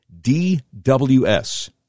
DWS